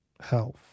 health